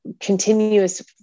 continuous